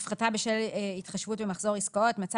הפחתה בשל התחשבות במחזור עסקאות מצא